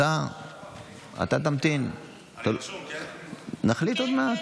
נחליט עוד מעט.